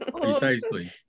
Precisely